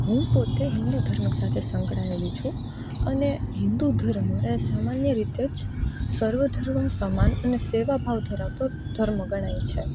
હું પોતે હિન્દુ ધર્મ સાથે સંકળાયેલી છું અને હિન્દુ ધર્મ એ સામાન્ય રીતે જ સર્વ ધર્મ સમાન અને સેવાભાવ ધરાવતો ધર્મ ગણાય છે